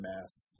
masks